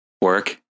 work